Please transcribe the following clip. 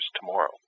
tomorrow